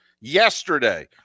Yesterday